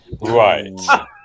Right